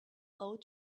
old